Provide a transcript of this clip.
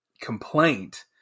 complaint